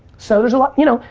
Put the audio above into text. so there's a lot, you know.